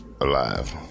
alive